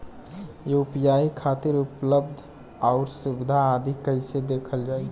UPI खातिर उपलब्ध आउर सुविधा आदि कइसे देखल जाइ?